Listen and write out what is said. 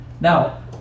Now